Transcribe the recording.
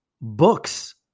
books